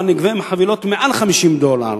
אבל נגבה על חבילות מעל 50 דולר.